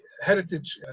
heritage